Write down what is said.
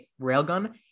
Railgun